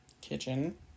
kitchen